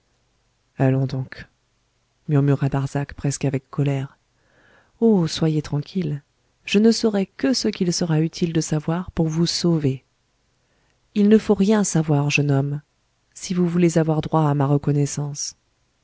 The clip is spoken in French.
allons donc murmura darzac presque avec colère oh soyez tranquille je ne saurai que ce qu'il sera utile de savoir pour vous sauver il ne faut rien savoir jeune homme si vous voulez avoir droit à ma reconnaissance